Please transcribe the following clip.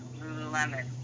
Lululemon